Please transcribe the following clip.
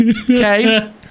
Okay